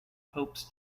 popes